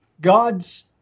God's